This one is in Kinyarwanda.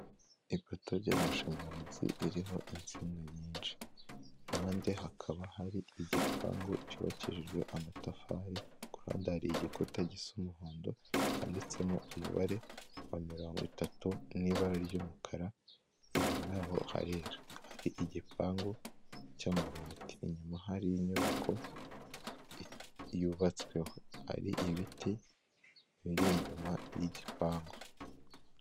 Ipato ry'amashanyarazi iriho insinga nyinshi ku ruhande hakaba hari igipangu cyubakijwe amatafari, ku ruhande hari igikuta gisa umuhondo cyanditsemo umubare wa mirongo itatu, n'ibara ry'umukara, inyuma y'aho harera, hari igipangu cy'amabati inyuma hari inyubako yubatsweho hari ibiti biri inyuma y'igipangu.